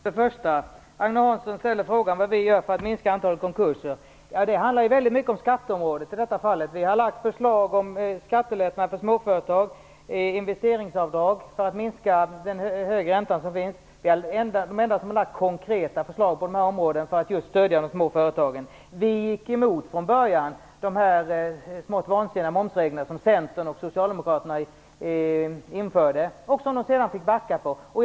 Herr talman! Först och främst ställer Agne Hansson frågan vad vi gör för att minska antalet konkurser. Det handlar i detta fall mycket om skattefrågor. Vi har lagt fram förslag om skattelättnad för småföretag och investeringsavdrag för att minska den höga räntan. Vi är de enda som har lagt fram konkreta förslag på dessa områden för att stödja de små företagen. Vi gick från början emot de smått vansinniga momshöjningar som Centern och Socialdemokraterna införde och sedan fick backa från.